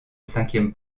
cinquième